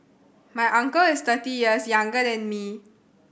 my uncle is thirty years younger than me